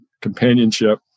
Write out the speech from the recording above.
companionship